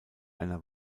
einer